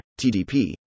TDP